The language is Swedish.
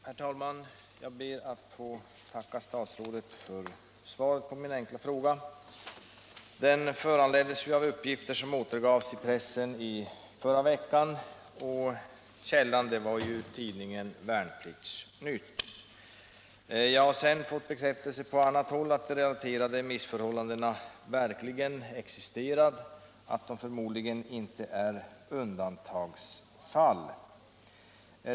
Herr talman! Jag ber att få tacka statsrådet för svaret på min fråga. Den föranleddes av uppgifter som återgavs i pressen i förra veckan, och källan var tidningen Värnplikts-Nytt. Jag har sedan fått bekräftelse från annat håll på att de relaterade missförhållandena verkligen existerar och att de förmodligen inte är undantagsfall.